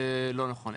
זה לא נכון.